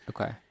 Okay